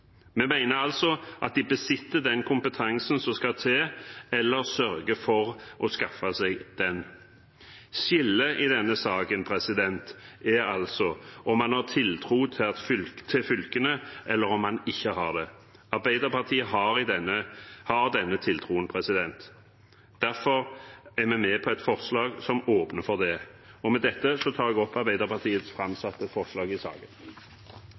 Vi mener altså at de besitter den kompetansen som skal til, eller sørger for å skaffe seg den. Skillet i denne saken går altså ut på om man har tiltro til fylkene, eller om man ikke har det. Arbeiderpartiet har denne tiltroen. Derfor er vi med på et forslag som åpner for det. Med dette tar jeg opp Arbeiderpartiet og SVs framsatte forslag i saken.